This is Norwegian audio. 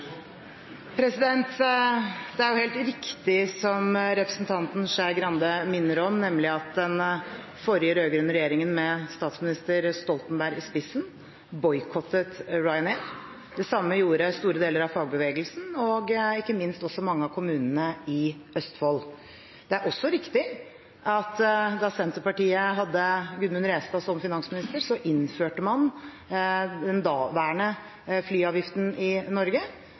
Det er helt riktig som representanten Skei Grande minner om, nemlig at den forrige rød-grønne regjeringen med statsminister Stoltenberg i spissen boikottet Ryanair. Det samme gjorde store deler av fagbevegelsen og ikke minst også mange av kommunene i Østfold. Det er også riktig at da Senterpartiet hadde Gudmund Restad som finansminister, innførte man den daværende flyavgiften i Norge.